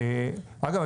אגב,